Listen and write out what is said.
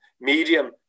medium